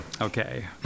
Okay